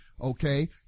okay